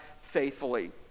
faithfully